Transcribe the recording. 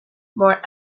more